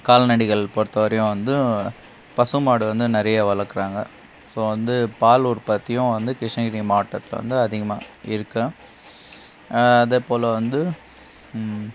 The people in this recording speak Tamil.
கால்நடைகள் பொருத்தவரையும் வந்து பசும் மாடு வந்து நிறைய வளக்கிறாங்க ஸோ வந்து பால் உற்பத்தியும் வந்து கிருஷ்ணகிரி மாவட்டத்தில் வந்து அதிகமாக இருக்கு அதேபோல் வந்து